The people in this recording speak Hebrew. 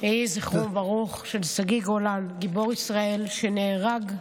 יהי זכרו של שגיא גולן, גיבור ישראל שנהרג בבארי,